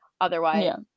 Otherwise